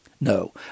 No